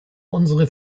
unsere